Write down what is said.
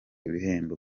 ibihembo